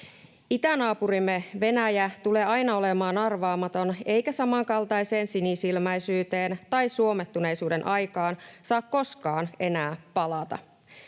Itänaapurimme Venäjä tulee aina olemaan arvaamaton, eikä samankaltaiseen sinisilmäisyyteen tai suomettuneisuuden aikaan saa koskaan enää palata.